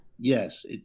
Yes